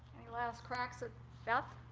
any last cracks at beth?